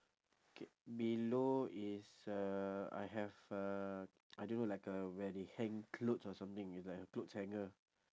K below is uh I have a I don't know like uh where they hang clothes or something is like a clothes hanger